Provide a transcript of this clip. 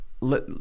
let